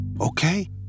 okay